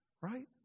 right